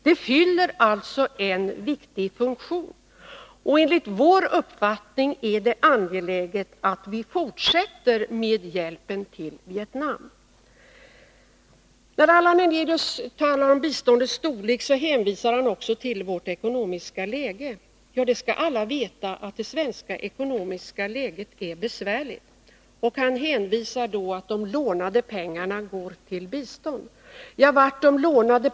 Det fyller alltså en viktig funktion, och enligt vår uppfattning är det angeläget att vi fortsätter med hjälpen till Vietnam. När Allan Hernelius talar om biståndets storlek hänvisar han också till vårt ekonomiska läge. Ja, det skall alla veta, att det svenska ekonomiska läget är besvärligt. Han anför att de lånade pengarna går till bistånd.